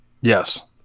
Yes